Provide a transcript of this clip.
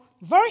verse